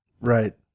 Right